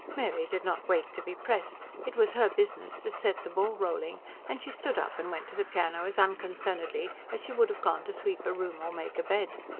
mary did not wait to be pressed it was her business to set the ball rolling and she stood up and went to the piano as unconcernedly as she would have gone to sweep a room or make a bed.